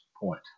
point